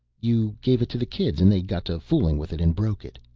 you gave it to the kids and they got to fooling with it and broke it.